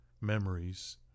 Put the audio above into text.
memories